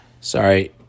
Sorry